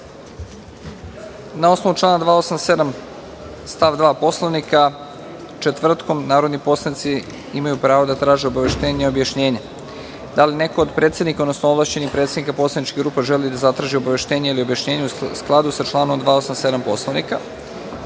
osnovu člana 287. stav 2. Poslovnika, četvrtkom narodni poslanici imaju pravo da traže obaveštenje i objašnjenje. Da li se neko od predsednika, odnosno ovlašćenih predstavnika poslaničkih grupa želi da zatraži obaveštenje ili objašnjenje u skladu sa članom 287. Poslovnika?